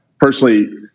personally